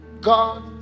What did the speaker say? god